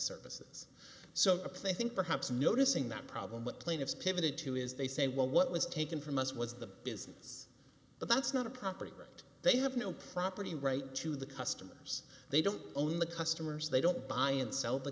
services so a play i think perhaps noticing that problem with plaintiffs pivoted to is they say well what was taken from us was the business but that's not a property right they have no property rights to the customers they don't own the customers they don't buy and sell the